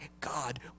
God